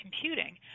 computing